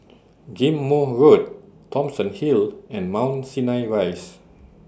Ghim Moh Road Thomson Hill and Mount Sinai Rise